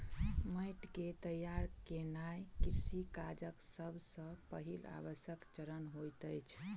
माइट के तैयार केनाई कृषि काजक सब सॅ पहिल आवश्यक चरण होइत अछि